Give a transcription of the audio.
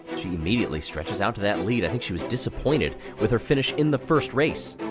she immediately stretches out to that lead. i think she was disappointed with her finish in the first race.